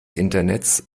internets